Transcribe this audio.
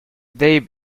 they